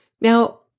Now